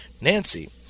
Nancy